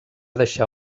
deixar